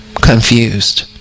confused